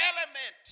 element